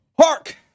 Hark